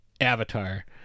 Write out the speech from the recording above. Avatar